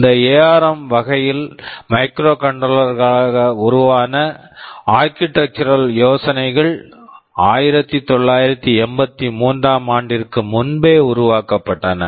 இந்த ARM ARM வகையில் microcontroller microcontroller களாக உருவான ஆர்க்கிடெக்சுரல் architectural யோசனைகள் 1983 ஆம் ஆண்டிற்கு முன்பே உருவாக்கப்பட்டன